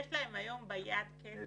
יש להם היום ביד 40